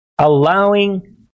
Allowing